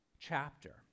chapter